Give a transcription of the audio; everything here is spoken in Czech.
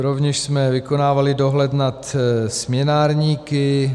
Rovněž jsme vykonávali dohled nad směnárníky.